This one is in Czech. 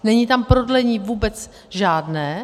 Není tam prodlení vůbec žádné.